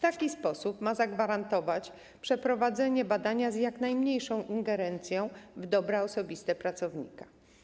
Taki sposób ma zagwarantować przeprowadzenie badania z jak najmniejszą ingerencją w dobra osobiste pracownika.